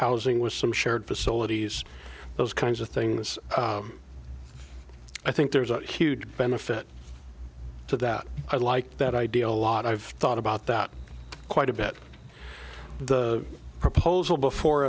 housing with some shared facilities those kinds of things i think there's a huge benefit to that i like that idea lot i've thought about that quite a bit the proposal before